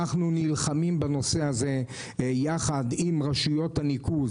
אנחנו נלחמים בנושא הזה יחד עם רשויות הניקוז